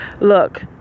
Look